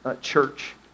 church